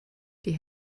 die